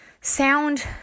sound